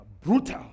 brutal